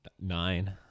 nine